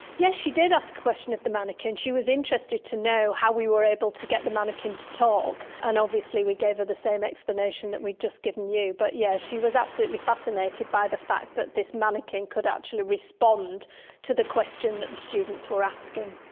yes, she did ask a question of the manikin. she was interested to know how we were able to get the manikin to talk, and obviously we gave her the same explanation that we've just given you. but yes, she was absolutely fascinated by the fact that this manikin could actually respond to the question that the students were asking.